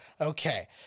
Okay